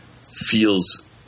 feels